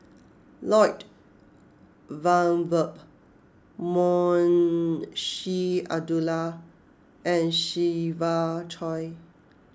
Lloyd Valberg Munshi Abdullah and Siva Choy